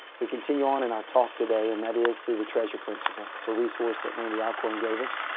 we continue on in our talk today and that is through the treasure principle. it's a resource that randy alcorn gave us.